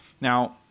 Now